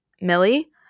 Millie